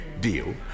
deal